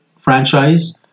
franchise